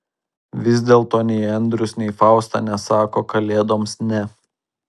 vis dėlto nei andrius nei fausta nesako kalėdoms ne